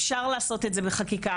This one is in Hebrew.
אפשר לעשות את זה בחקיקה.